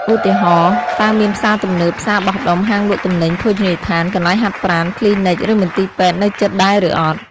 ឧទាហរណ៍ តើមានផ្សារទំនើប ផ្សារបោះដុំ ហាងលក់ទំនិញ ភោជនីយដ្ឋាន កន្លែងហាត់ប្រាណ គ្លីនិក ឬមន្ទីរពេទ្យនៅជិតដែរឬអត់។